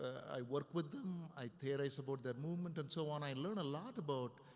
i work with them, i theorize about their movement and so on. i learn a lot about